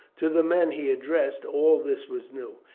to the men he addressed all this was new.